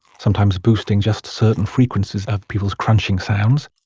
sometimes boosting just certain frequencies of people's crunching sounds.